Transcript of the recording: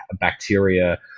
bacteria